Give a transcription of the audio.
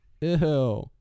ew